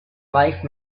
life